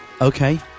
Okay